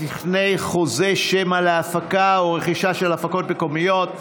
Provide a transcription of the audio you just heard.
תוכני חוזי שמע להפקה או רכישה של הפקות מקומיות),